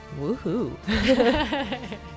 Woohoo